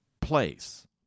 place